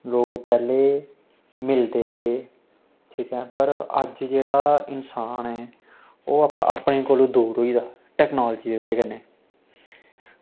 लोग पैह्लें मिलदे रेह् ठीक ऐ पर अज्ज जेह्ड़ा इन्सान ऐ ओह् अपने कोला दूर होई गेदा टेक्नोलॉज़ी दी बजह कन्नै